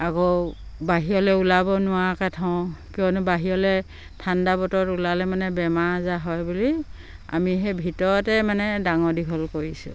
আকৌ বাহিৰলে ওলাব নোৱাৰাকে থওঁ কিয়নো বাহিৰলে ঠাণ্ডা বতৰত ওলালে মানে বেমাৰ আজাৰ হয় বুলি আমি সেই ভিতৰতে মানে ডাঙৰ দীঘল কৰিছোঁ